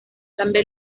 també